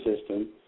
system